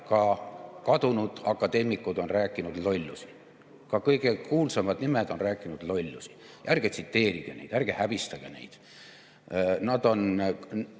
ka kadunud akadeemikud on rääkinud lollusi. Ka kõige kuulsamad nimed on rääkinud lollusi. Ärge tsiteerige neid! Ärge häbistage neid! Neil on